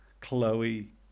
Chloe